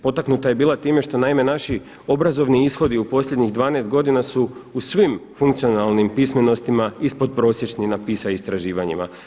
Potaknuta je bila time što naime naši obrazovni ishodi u posljednjih 12 godina su u svim funkcionalnim pismenostima ispodprosječni na PISA istraživanjima.